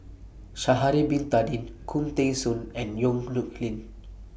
Sha'Ari Bin Tadin Khoo Teng Soon and Yong Nyuk Lin